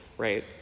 right